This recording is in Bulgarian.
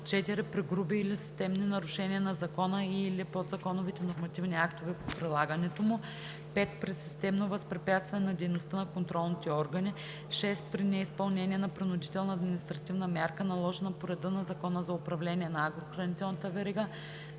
4. при груби или системни нарушения на закона и/или подзаконовите нормативни актове по прилагането му; 5. при системно възпрепятстване на дейността на контролните органи; 6. при неизпълнение на принудителна административна мярка, наложена по реда на Закона за управление на агрохранителната верига;